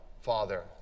Father